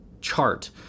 chart